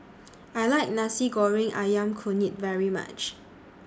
I like Nasi Goreng Ayam Kunyit very much